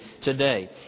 today